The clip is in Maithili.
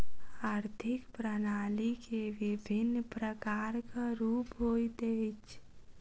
आर्थिक प्रणाली के विभिन्न प्रकारक रूप होइत अछि